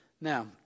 Now